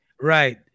right